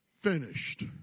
finished